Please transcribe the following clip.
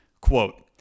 quote